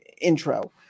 intro